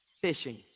fishing